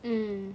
mm